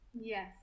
yes